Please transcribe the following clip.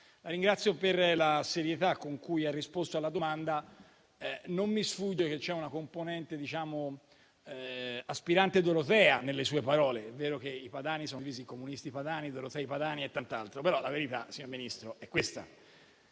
la ringrazio per la serietà con cui ha risposto alla domanda. Non mi sfugge che c'è una componente aspirante dorotea nelle sue parole. È vero che i padani sono divisi fra comunisti padani, dorotei padani e altro, ma la verità, signor Ministro, è questa.